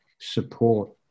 support